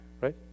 Right